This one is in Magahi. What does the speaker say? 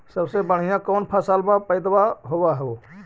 सबसे बढ़िया कौन फसलबा पइदबा होब हो?